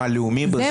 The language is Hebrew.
מה לאומי בזה?